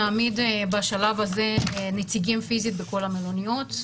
נעמיד בשלב הזה נציגים פיזית בכל המלוניות.